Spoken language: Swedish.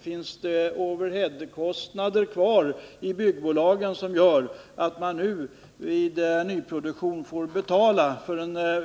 Finns det overheadkostnader kvar i byggbolagen, som gör att man nu i samband med nyproduktion får betala